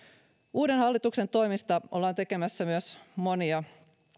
uuden hallituksen toimesta ollaan tekemässä myös monia